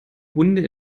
hunde